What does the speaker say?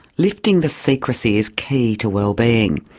lifting the secrecy is key to wellbeing.